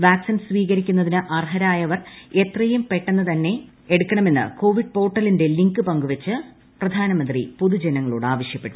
vaccine സ്വീകരിക്കുന്നതിന് അർഹരായവർ എത്രയും പെട്ടെന്ന് തന്നെ എടുക്കണമെന്ന് കോവിൻ പോർട്ടലിന്റെ ലിങ്ക് പങ്കുവച്ച് പ്രധാനമന്ത്രി പൊതുജനങ്ങളോട് ആവശ്യപ്പെട്ടു